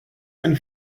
eine